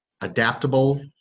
adaptable